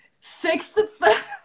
Sixth